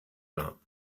that